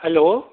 hello